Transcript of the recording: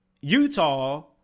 Utah